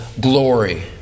glory